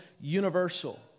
universal